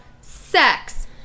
sex